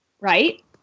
right